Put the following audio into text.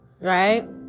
Right